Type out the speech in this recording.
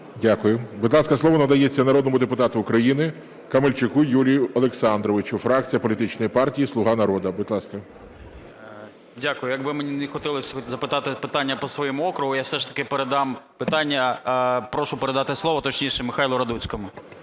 Дякую. Будь ласка, слово надається народному депутату України Камельчуку Юрію Олександровичу, фракція політичної партії "Слуга народу". Будь ласка. 10:58:51 КАМЕЛЬЧУК Ю.О. Дякую. Як би мені не хотілося запитати питання по своєму округу, я все ж таки передам питання, прошу передати слово, точніше, Михайлу Радуцькому.